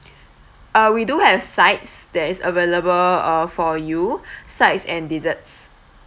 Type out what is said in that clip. ah we do have sides that is available uh for you sides and desserts